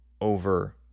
over